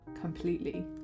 completely